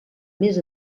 més